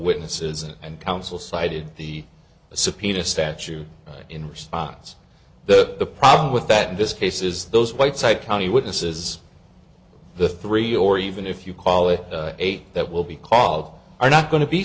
witnesses and counsel cited the subpoena statute in response the problem with that in this case is those whiteside county witnesses the three or even if you call it eight that will be called are not going to be